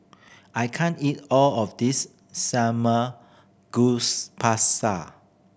I can't eat all of this Samgyeopsal